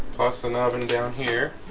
boston ah oven down here